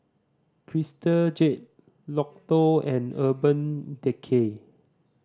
Crystal Jade Lotto and Urban Decay